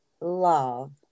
love